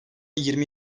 yirmi